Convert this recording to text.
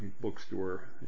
bookstore